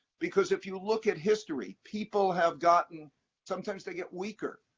because if you look at history, people have gotten sometimes they get weaker,